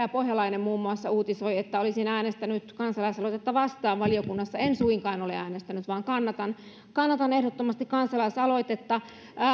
ja pohjalainen muun muassa uutisoivat että olisin äänestänyt kansalaisaloitetta vastaan valiokunnassa en suinkaan ole äänestänyt vaan kannatan kannatan ehdottomasti kansalaisaloitetta